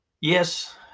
Yes